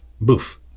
boof